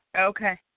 Okay